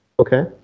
okay